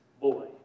boy